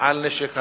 על הנשק הגרעיני,